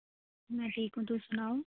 मैं ठीक आं तुस सनाओ